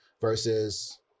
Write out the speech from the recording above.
versus